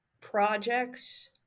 projects